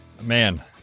Man